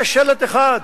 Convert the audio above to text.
זה שלט אחד.